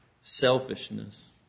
selfishness